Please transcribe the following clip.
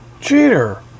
Cheater